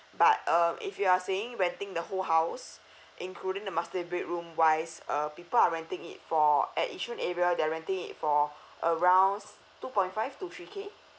but um if you are saying renting the whole house including the master bedroom wise uh people are renting it for at yishun area they renting it for around two point five to three k